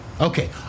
Okay